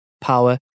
power